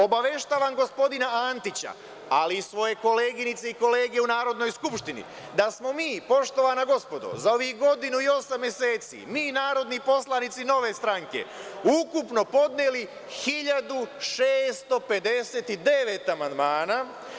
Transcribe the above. Obaveštavam gospodina Antića, ali i svoje koleginice i kolege u Narodnoj skupštini da smo mi poštovana gospodo za ovih godinu i osam meseci, mi narodni poslanici Nove stranke ukupno podneli 1.659 amandmana.